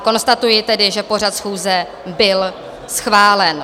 Konstatuji tedy, že pořad schůze byl schválen.